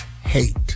hate